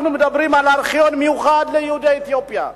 אנחנו מדברים על ארכיון מיוחד ליהודי אתיופיה,